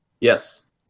yes